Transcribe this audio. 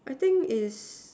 I think is